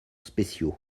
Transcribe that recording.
spéciaux